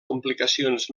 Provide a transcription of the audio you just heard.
complicacions